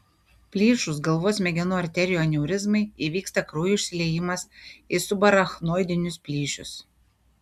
plyšus galvos smegenų arterijų aneurizmai įvyksta kraujo išsiliejimas į subarachnoidinius plyšius